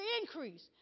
increase